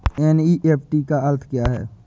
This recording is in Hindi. एन.ई.एफ.टी का अर्थ क्या है?